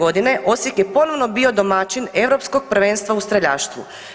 Osijek je ponovno bio domaćin europskog prvenstva u streljaštvu.